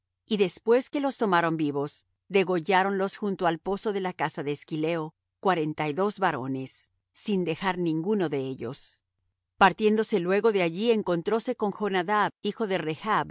y después que los tomaron vivos degolláronlos junto al pozo de la casa de esquileo cuarenta y dos varones sin dejar ninguno de ellos partiéndose luego de allí encontróse con jonadab hijo de rechb